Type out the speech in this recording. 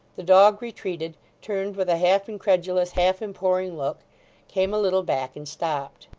the dog retreated turned with a half-incredulous, half-imploring look came a little back and stopped.